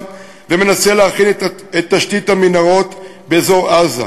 ומנסה להכין את תשתית המנהרות באזור עזה,